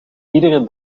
iedere